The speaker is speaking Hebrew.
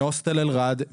מהוסטל אלר'ד,